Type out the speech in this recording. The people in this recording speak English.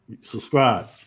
Subscribe